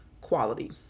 quality